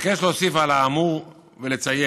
אבקש להוסיף על האמור ולציין